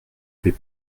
fait